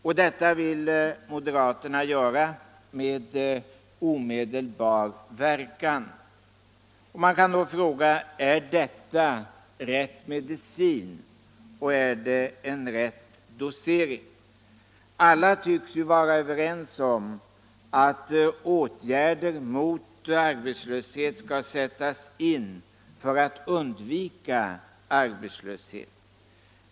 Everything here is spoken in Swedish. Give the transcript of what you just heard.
Och detta vill moderaterna göra med omedelbar verkan. Man kan då fråga: Är detta rätt medicin? Är det rätt dosering? Alla tycks vara överens om att åtgärder skall sättas in för att undvika arbetslöshet.